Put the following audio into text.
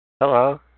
Hello